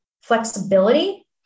flexibility